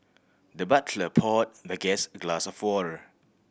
the butler poured the guest a glass of water